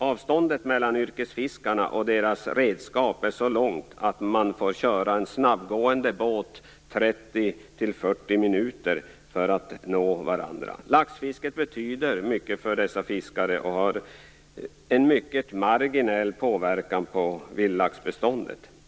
Avståndet mellan yrkesfiskarna och deras redskap är så långt att de får köra en snabbgående båt i 30 till 40 minuter för att nå varandra. Laxfisket betyder mycket för dessa fiskare och har en mycket marginell påverkan på vildlaxbeståndet.